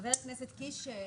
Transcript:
חבר הכנסת קיש,